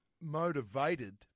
motivated